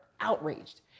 outraged